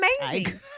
amazing